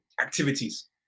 activities